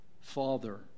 Father